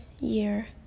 year